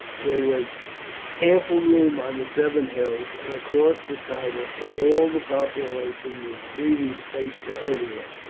there was ample room on the seven hills, and across the tiber, for all the population, with breathing space for everyone.